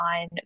on